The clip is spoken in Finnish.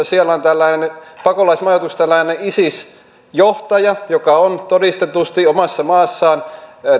siellä on pakolaismajoituksessa tällainen isis johtaja joka on todistetusti omassa maassaan